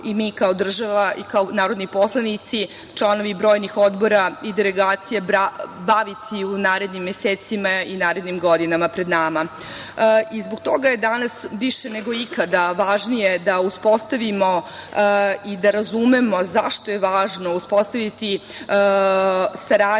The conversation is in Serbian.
i mi kao država i kao narodni poslanici, članovi brojnih odbora i delegacija, baviti u narednim mesecima i narednim godinama pred nama. Zbog toga je danas više nego ikada važnije da uspostavimo i da razumemo zašto je važno uspostaviti saradnju